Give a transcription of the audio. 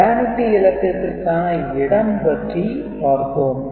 'parity' இலக்கத்திற்கான இடம் பற்றி பார்த்தோம்